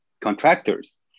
contractors